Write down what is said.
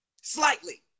slightly